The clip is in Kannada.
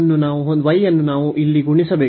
y ಅನ್ನು ನಾವು ಇಲ್ಲಿ ಗುಣಿಸಬೇಕು